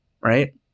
right